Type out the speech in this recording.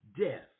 death